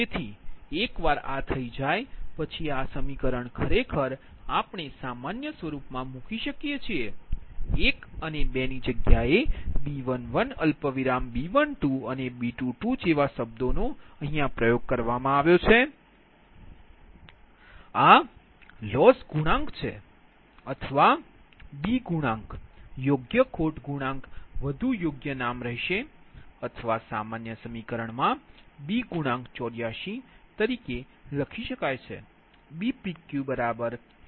તેથી એકવાર આ થઈ જાય પછી આ સમીકરણ ખરેખર આપણે સામાન્ય સ્વરૂપમાં મૂકી શકીએ છીએ 1 અને 2 ની જગ્યાએ B11B12અને B22 જેવા શબ્દોને કહેવામાં આવે છે આ લોસ ગુણાંક છે અથવા B ગુણાંક યોગ્ય ખોટ ગુણાંક વધુ યોગ્ય હશે અથવા સામાન્ય સમીકરણમાં B ગુણાંક 84 તરીકે લખી શકાય છે